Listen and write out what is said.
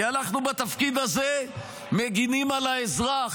כי אנחנו בתפקיד הזה מגינים על האזרח,